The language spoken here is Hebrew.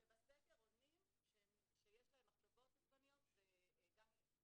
שבסקר עונים שיש להם מחשבות אובדניות פעילות